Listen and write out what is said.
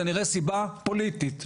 זה נראה סיבה פוליטית,